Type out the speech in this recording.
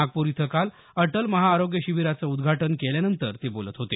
नागपूर इथं काल अटल महाआरोग्य शिबिराचं उद्घाटन केल्यानंतर ते बोलत होते